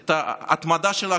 את ההתמדה שלך.